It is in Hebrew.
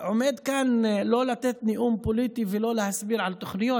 אני עומד כאן לא לתת נאום פוליטי ולא להסביר על תוכניות.